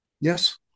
Yes